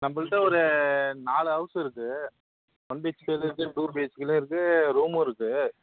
நம்பள்ட்ட ஒரு நால் ஹவுஸ் இருக்கு ஒன் பிஹெச்கேலையும் இருக்கு டூ பிஹெச்கேலையும் இருக்கு ரூம்மு இருக்கு